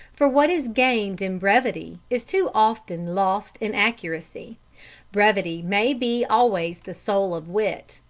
for what is gained in brevity is too often lost in accuracy brevity may be always the soul of wit,